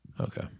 Okay